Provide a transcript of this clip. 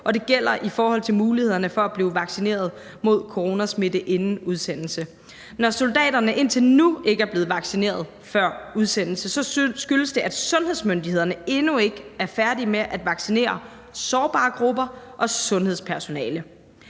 det gælder i forhold til mulighederne for at blive vaccineret imod smitte med corona inden udsendelse. Når soldaterne indtil nu ikke er blevet vaccineret før udsendelse, skyldes det, at sundhedsmyndighederne endnu ikke er færdige med at vaccinere sårbare grupper og sundhedspersonale.